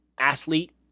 athlete